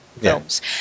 films